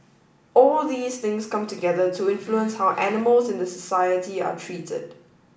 all these things come together to influence how animals in the society are treated